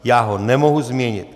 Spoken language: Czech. Já ho nemohu změnit!